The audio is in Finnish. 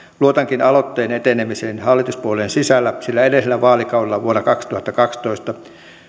luotankin aloitteen etenemiseen hallituspuolueiden sisällä sillä edellisellä vaalikaudella vuonna kaksituhattakaksitoista